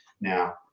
now